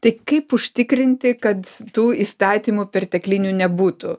tai kaip užtikrinti kad tų įstatymų perteklinių nebūtų